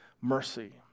mercy